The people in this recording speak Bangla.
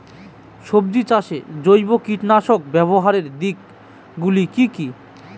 সবজি চাষে জৈব কীটনাশক ব্যাবহারের দিক গুলি কি কী?